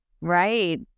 Right